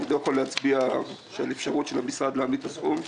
אני לא יכול להצביע על אפשרות של המשרד להעמיד את הסכום.